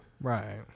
Right